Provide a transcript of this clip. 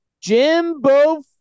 Jimbo